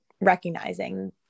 recognizing